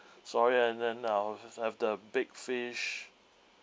sorry and then I'll have the big fish